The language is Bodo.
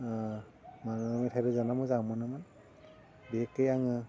मेथाइ रोजाबनो मोजां मोनोमोन एखे आङो